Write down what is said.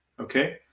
Okay